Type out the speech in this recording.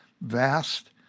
vast